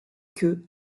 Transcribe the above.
queue